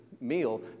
meal